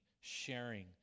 sharing